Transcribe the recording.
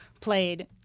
played